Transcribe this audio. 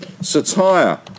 Satire